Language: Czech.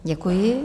Děkuji.